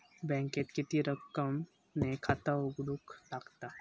बँकेत किती रक्कम ने खाता उघडूक लागता?